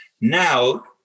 Now